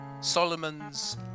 Solomon's